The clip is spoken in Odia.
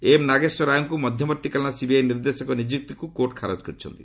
ଏମ୍ ନାଗେଶ୍ୱର ରାଓଙ୍କୁ ମଧ୍ୟବର୍ତ୍ତୀକାଳୀନ ସିବିଆଇ ନିର୍ଦ୍ଦେଶକ ନିଯୁକ୍ତିକୁ କୋର୍ଟ ଖାରଜ କରିଛନ୍ତି